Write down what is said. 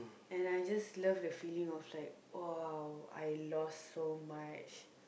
and I just love the feeling of like !wow! I lost so much